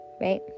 right